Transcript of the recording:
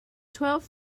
twelve